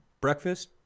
Breakfast